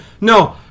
No